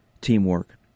teamwork